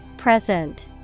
Present